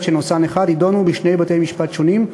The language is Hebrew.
שנושאן אחד יידונו בשני בתי-משפט שונים,